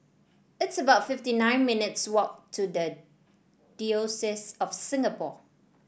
it's about fifty nine minutes' walk to the Diocese of Singapore